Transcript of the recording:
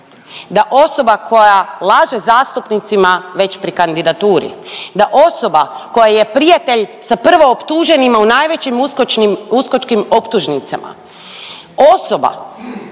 da osoba koja laže zastupnicima već pri kandidaturi, da osoba koja je prijatelj sa prvooptuženima u najvećim uskočkim optužnicama, osoba